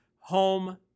home